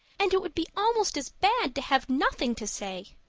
and it would be almost as bad to have nothing to say.